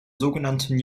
sogenannten